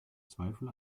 zweifel